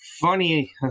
funny